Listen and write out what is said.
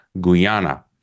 Guyana